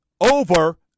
over